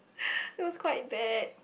it was quite bad